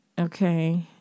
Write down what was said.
okay